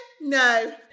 No